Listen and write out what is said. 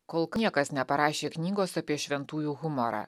kol niekas neparašė knygos apie šventųjų humorą